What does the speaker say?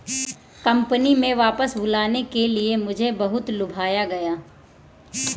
company में वापस बुलाने के लिए मुझे बहुत लुभाया गया